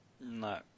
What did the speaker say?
No